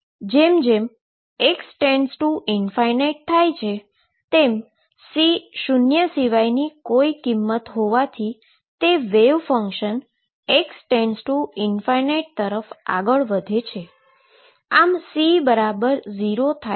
જેમ જેમ x→∞ થાય છે તેમ C શુન્ય સિવાયની કોઈ કિંમત હોવાથી તે વેવ ફંક્શન x→∞ તરફ આગળ વધે છે આમ C0 થાય છે